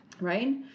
right